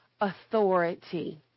authority